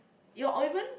your or even